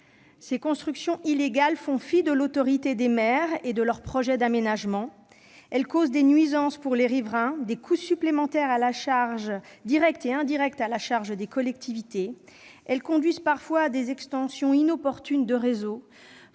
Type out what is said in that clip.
Ces constructions illégales font fi de l'autorité des maires et de leurs projets d'aménagements. Elles causent des nuisances aux riverains, entraînent des coûts supplémentaires à la charge directe et indirecte des collectivités, conduisent parfois à des extensions inopportunes de réseaux